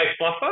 fluffer